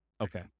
Okay